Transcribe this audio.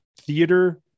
Theater